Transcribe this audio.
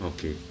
Okay